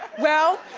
well,